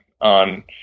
on